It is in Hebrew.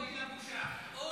אוי לבושה, אוי לבושה.